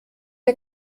ihr